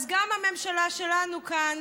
אז גם בממשלה שלנו כאן